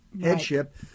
headship